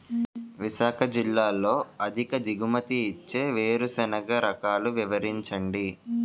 విశాఖ జిల్లాలో అధిక దిగుమతి ఇచ్చే వేరుసెనగ రకాలు వివరించండి?